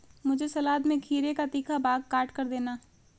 मुझे सलाद में खीरे का तीखा भाग काटकर देना